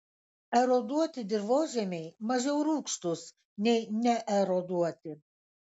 eroduoti dirvožemiai mažiau rūgštūs nei neeroduoti